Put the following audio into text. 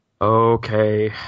Okay